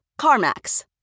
CarMax